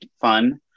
fun